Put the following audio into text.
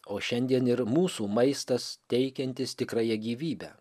o šiandien ir mūsų maistas teikiantis tikrąją gyvybę